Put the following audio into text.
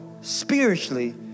spiritually